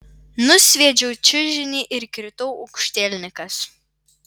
nusviedžiau čiužinį ir kritau aukštielninkas